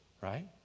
right